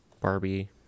barbie